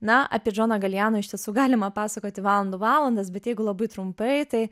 na apie džoną galiano iš tiesų galima pasakoti valandų valandas bet jeigu labai trumpai tai